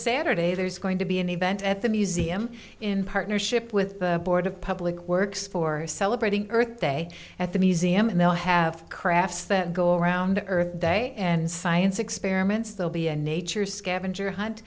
saturday there's going to be an event at the museum in partnership with the board of public works for celebrating earth day at the museum and they'll have crafts that go around the earth day and science experiments they'll be a nature scavenger